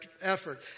effort